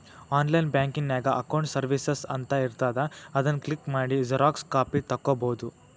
online ಬ್ಯಾಂಕಿನ್ಯಾಗ accounts services ಅಂತ ಇರ್ತಾದ ಅದನ್ ಕ್ಲಿಕ್ ಮಾಡಿ ಝೆರೊಕ್ಸಾ ಕಾಪಿ ತೊಕ್ಕೊಬೋದು